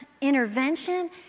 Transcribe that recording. intervention